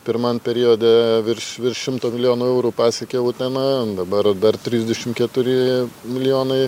pirmam periode virš virš šimto milijonų eurų pasiekė uteną dabar dar trisdešim keturi milijonai